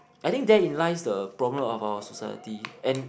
I think there in lies the problem of our society and